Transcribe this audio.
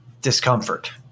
discomfort